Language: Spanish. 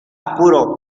apuro